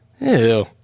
ew